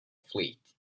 fleet